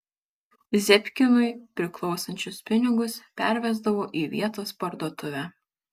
zebkinui priklausančius pinigus pervesdavo į vietos parduotuvę